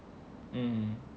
um